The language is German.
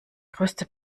größte